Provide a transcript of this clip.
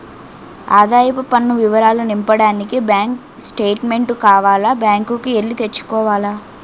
ఆదాయపు పన్ను వివరాలు నింపడానికి బ్యాంకు స్టేట్మెంటు కావాల బ్యాంకు కి ఎల్లి తెచ్చుకోవాల